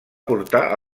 portar